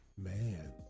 Man